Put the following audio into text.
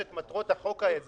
אתה מדבר דברי חוכמה.